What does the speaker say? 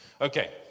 Okay